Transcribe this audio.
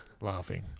Laughing